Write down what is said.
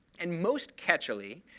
and most catchily,